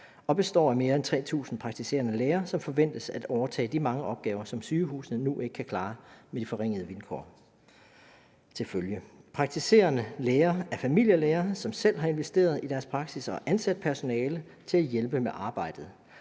og består af mere end 3.000 praktiserende læger, som forventes at overtage de mange opgaver, som sygehusene nu ikke kan klare med de forringede vilkår. Praktiserende læger er familielæger, som selv har investeret i deres praksis og har ansat personale til at hjælpe med arbejdet.